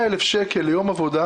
ב-100,000 שקל לפחות מחזור ליום עבודה,